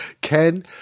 Ken